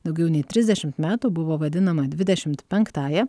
daugiau nei trisdešim metų buvo vadinama dvidešimt penktąja